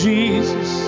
Jesus